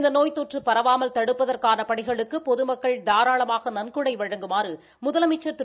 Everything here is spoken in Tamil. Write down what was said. இந்த நோப் தொற்று பரவாமல் தடுப்பதற்கான பணிகளுக்கு பொதுமக்கள் தாராளமாக நன்கொடை வழங்குமாறு முதலமைச்ச் திரு